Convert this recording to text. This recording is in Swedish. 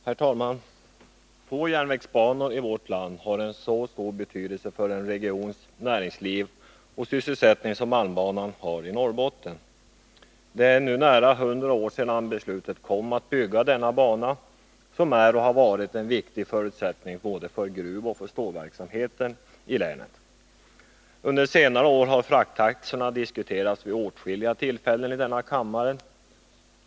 Herr talman! Få järnvägsbanor i vårt land har en så stor betydelse för en regions näringsliv och sysselsättning som malmbanan i Norrbotten. Det är nära 100 år sedan beslutet kom om att bygga denna bana, som är och har varit en viktig förutsättning för gruvoch stålverksamheten i länet. Under senare år har frakttaxorna diskuterats vid åtskilliga tillfällen i denna kammare.